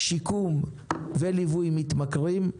שיקום וליווי מתמכרים.